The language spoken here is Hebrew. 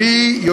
מקבלים.